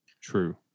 True